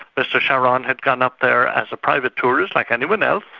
mr sharon had gone up there as a private tourist like anyone else,